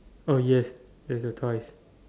oh yes there is a toys